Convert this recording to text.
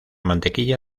mantequilla